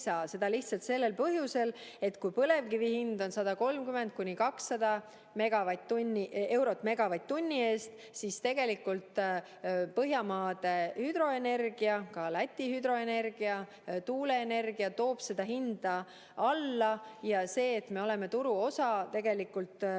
Seda lihtsalt sel põhjusel, et kui põlevkivi hind on 130–200 eurot megavatt-tunni eest, siis tegelikult Põhjamaade hüdroenergia, ka Läti hüdroenergia, tuuleenergia toob seda hinda alla. Ja kui me oleme turu osa, siis see tegelikult annab